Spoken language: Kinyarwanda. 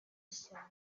cyane